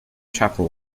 chapel